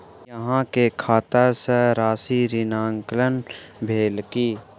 अहाँ के खाता सॅ राशि ऋणांकन भेल की?